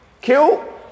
kill